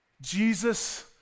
Jesus